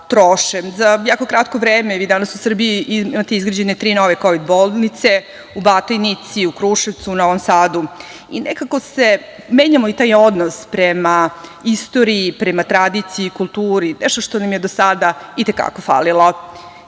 Za jako kratko vreme danas u Srbiji imate izgrađene tri kovid bolnice u Batajnici, u Kruševcu, u Novom Sadu. Nekako se menja i taj odnos prema istoriji, prema tradiciji, prema kulturi, nešto što nam je do sada i te kako falilo. Baš